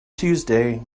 tuesday